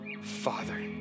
Father